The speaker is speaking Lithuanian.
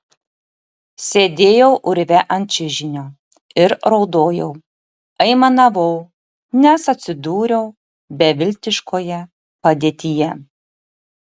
sėdėjau urve ant čiužinio ir raudojau aimanavau nes atsidūriau beviltiškoje padėtyje